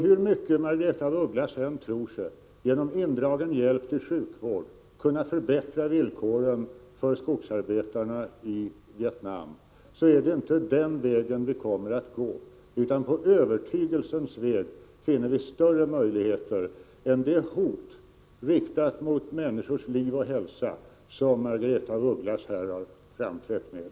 Hur mycket Margaretha af Ugglas än tror att man genom indragen hjälp till sjukvård skall kunna förbättra villkoren för skogsarbetarna i Vietnam så är det inte den vägen vi kommer att gå. Det är på övertygelsens väg vi finner större möjligheter än genom det hot riktat mot människors liv och hälsa som Margaretha af Ugglas här har framträtt med.